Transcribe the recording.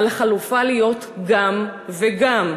על החלופה להיות "גם וגם".